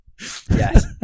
Yes